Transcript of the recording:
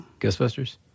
Ghostbusters